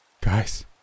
Guys